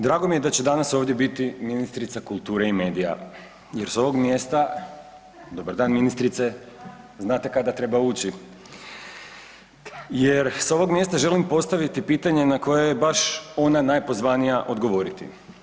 Drago mi je da će danas ovdje biti ministrica kulture i medija jer s ovog mjesta, dobar dan ministrice, znate kada treba ući, jer s ovog mjesta želim postaviti pitanje na koje je baš ona najpozvanija odgovoriti.